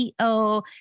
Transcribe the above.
CEO